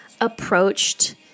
approached